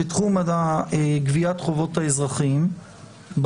בתחום גביית חובות האזרחים,